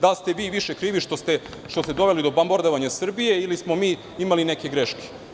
Da li ste vi više krivi što ste doveli do bombardovanja Srbije ili smo mi imali neke greške.